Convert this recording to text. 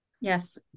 Yes